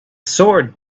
sword